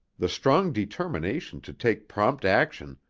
the strong determination to take prompt action,